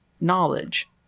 knowledge